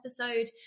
episode